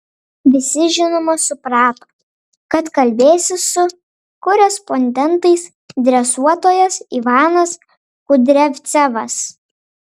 visi žinoma suprato kad kalbėsis su korespondentais dresuotojas ivanas kudriavcevas